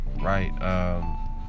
right